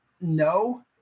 no